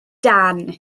dan